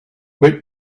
wait